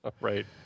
Right